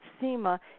Sema